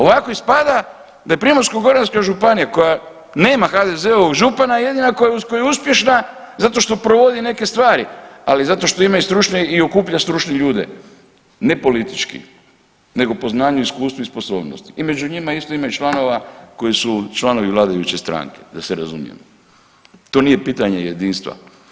Ovako ispada da je Primorsko-goranska županija koja nema HDZ-ovog župana jedina koja je uspješna zato što provodi neke stvari, ali i zato što ima i stručne i okuplja stručne ljude, ne politički nego po znanju, iskustvu i sposobnosti i među njima isto ima i članova koji su članovi vladajuće stranke da se razumijemo, to nije pitanje jedinstva.